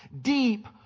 deep